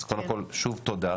אז קודם כל שוב תודה,